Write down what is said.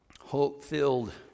Hope-filled